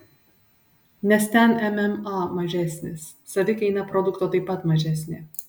nes ten mma mažesnis savikaina produkto taip pat mažesnė